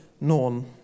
known